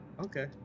Okay